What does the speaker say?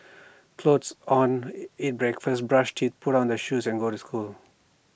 clothes on eat breakfast brush teeth put on the shoes and go to school